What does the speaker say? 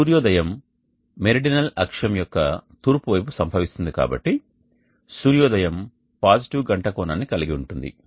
సూర్యోదయం మెరిడినల్ అక్షం యొక్క తూర్పు వైపు సంభవిస్తుంది కాబట్టి సూర్యోదయం పాజిటివ్ గంట కోణాన్ని కలిగి ఉంటుంది